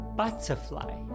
butterfly